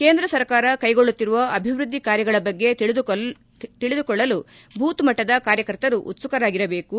ಕೇಂದ್ರ ಸರ್ಕಾರ ಕ್ಲೆಗೊಳ್ಳುತ್ತಿರುವ ಅಭಿವೃದ್ದಿ ಕಾರ್ಯಗಳ ಬಗ್ಗೆ ತಿಳಿದುಕೊಳ್ಳಲು ಭೂತ್ಮಟ್ಟದ ಕಾರ್ಯಕರ್ತರು ಉತ್ಸುಕರಾಗಿಬೇಕು